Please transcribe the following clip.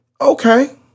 Okay